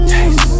Taste